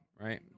right